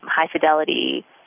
high-fidelity